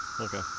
okay